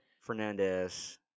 Fernandez